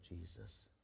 Jesus